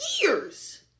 Years